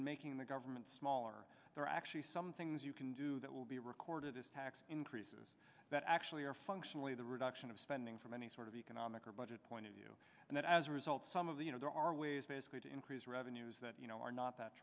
in making the government smaller there are actually some things you can do that will be recorded as tax increases that actually are functionally the reduction of spending from any sort of economic or budget point of view and as a result some of the you know there are ways basically to increase revenues that you know are not that